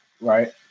right